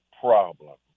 problem